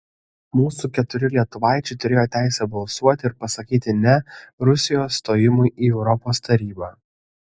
mūsų keturi lietuvaičiai turėjo teisę balsuoti ir pasakyti ne rusijos stojimui į europos tarybą